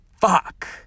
fuck